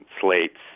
slates